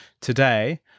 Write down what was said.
today